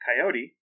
Coyote